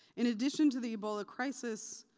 in addition to the ebola crisis,